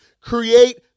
create